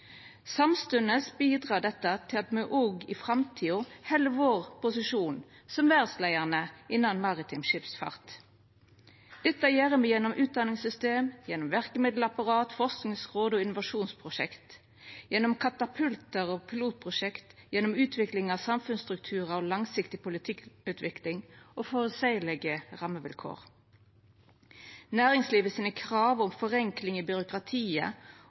Samstundes bidreg dette til at me òg i framtida held posisjonen vår som verdsleiande innan maritim skipsfart. Dette gjer me gjennom utdanningssystemet, gjennom verkemiddelapparat, forskingsråd og innovasjonsprosjekt, gjennom katapultar og pilotprosjekt, gjennom utvikling av samfunnsstrukturar og langsiktig politikkutvikling og føreseielege rammevilkår. Krava frå næringslivet om forenkling i byråkratiet